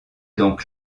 donc